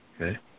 Okay